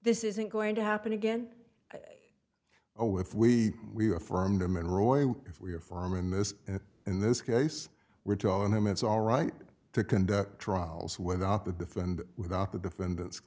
this isn't going to happen again oh if we we affirmed him and roy if we are far in this in this case we're telling him it's all right to conduct trials without the death and without the defendant's